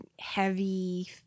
heavy